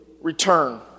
return